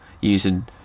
Using